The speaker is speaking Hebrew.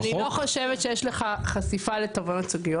אני לא חושבת שיש לך חשיפה לתביעות ייצוגיות.